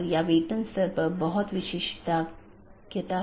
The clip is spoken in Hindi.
नेटवर्क लेयर रीचैबिलिटी की जानकारी की एक अवधारणा है